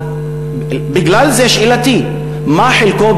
בגלל זה שאלתי מה חלקו,